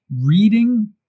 reading